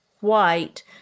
white